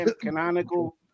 canonical